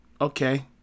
okay